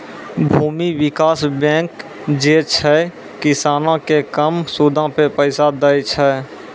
भूमि विकास बैंक जे छै, किसानो के कम सूदो पे पैसा दै छे